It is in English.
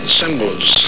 symbols